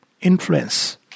Influence